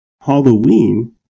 Halloween